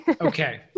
Okay